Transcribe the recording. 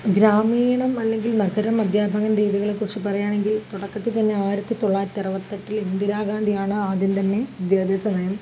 ഗ്രാമീണം അല്ലെങ്കിൽ നഗര അദ്ധ്യാപന രീതികളെക്കുറിച്ച് പറയുകയാണെങ്കിൽ തുടക്കത്തിൽ തന്നെ ആയിരത്തി തൊള്ളായിരത്തി അറുപത്തി എട്ടിൽ ഇിന്ദിരാഗാന്ധിയാണ് ആദ്യം തന്നെ വിദ്യാഭ്യാസ നയം